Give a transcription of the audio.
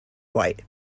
white